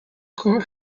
court